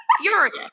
furious